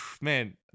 man